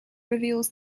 reveals